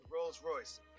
Rolls-Royce